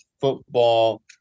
football